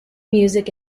music